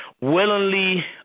willingly